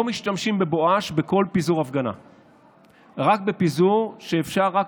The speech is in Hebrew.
לא משתמשים בבואש בכל פיזור הפגנה אלא רק בפיזור שאפשר,